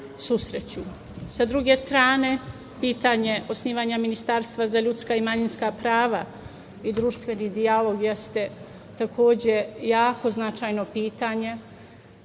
Sa druge strane, pitanje osnivanja ministarstva za ljudska i manjinska prava i društveni dijalog jeste takođe jako značajno pitanje